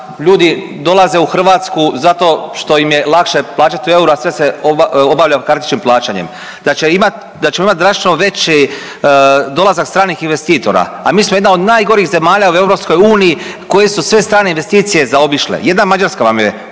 ljudi dolaze u Hrvatsku zato što im je lakše plaćati u euru, a sve se obavlja kartičnim plaćanjem, da ćemo imati drastično veći dolazak stranih investitora, a mi smo jedna od najgorih zemalja u EU koje su sve strane investicije zaobišle. Jedna Mađarska vam je